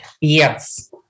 Yes